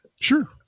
Sure